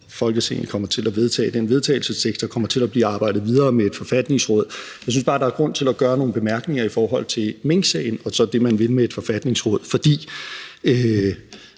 Folketinget kommer til at vedtage den vedtagelsestekst, og der kommer til at blive arbejdet videre med et forfatningsråd. Jeg synes bare, der er grund til at gøre nogle bemærkninger i forhold til minksagen og så det, som man vil med et forfatningsråd. For